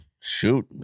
shoot